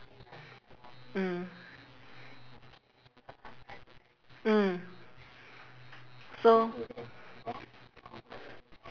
mm mm so